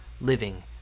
living